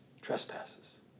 trespasses